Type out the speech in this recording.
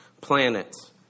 planets